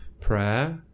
prayer